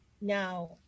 now